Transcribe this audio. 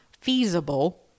feasible